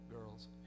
girl's